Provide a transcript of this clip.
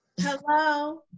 Hello